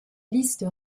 liste